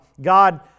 God